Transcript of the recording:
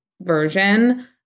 version